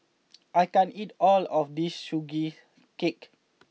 I can't eat all of this Sugee Cake